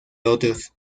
otros